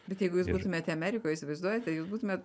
bet jeigu jūs būtumėte amerikoje įsivaizduojate jūs būtumė